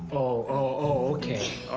oh, oh, okay.